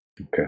Okay